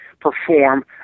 perform